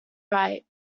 right